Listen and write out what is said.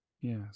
yes